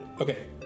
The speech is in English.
okay